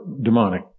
demonic